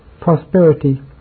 prosperity